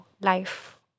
life